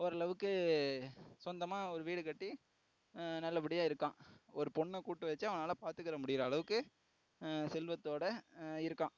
ஓரளவுக்கு சொந்தமாக ஒரு வீடு கட்டி நல்லபடியாக இருக்கான் ஒரு பொண்ண கூட்டு வச்சு அவனால் பார்த்துக்குற முடியிற அளவுக்கு செல்வத்தோட இருக்கான்